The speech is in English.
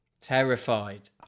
Terrified